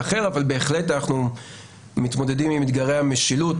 אחר אבל בהחלט אנחנו מתמודדים עם אתגרי משילות,